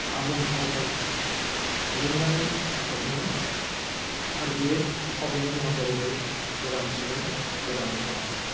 आबुं फावथाय दिहुन्नानै फोसावदोंमोन आर बे फावथायनि मुङानो जाहैबाय गोदान सुबुं गोदान समाज